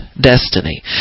destiny